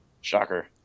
Shocker